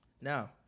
now